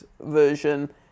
version